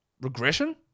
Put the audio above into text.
regression